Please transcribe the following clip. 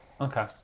Okay